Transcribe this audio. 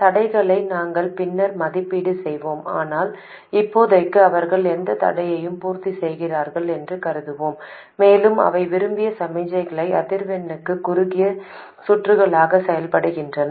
தடைகளை நாங்கள் பின்னர் மதிப்பீடு செய்வோம் ஆனால் இப்போதைக்கு அவர்கள் எந்தத் தடையையும் பூர்த்தி செய்கிறார்கள் என்று கருதுவோம் மேலும் அவை விரும்பிய சமிக்ஞை அதிர்வெண்ணுக்கு குறுகிய சுற்றுகளாக செயல்படுகின்றன